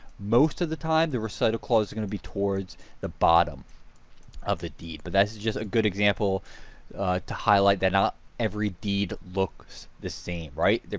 most of the time the recital clause is going to be towards the bottom of the deed. but that is just a good example to highlight that not every deed looks the same, right?